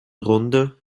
runde